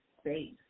space